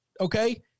okay